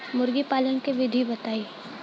मुर्गी पालन के विधि बताई?